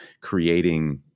creating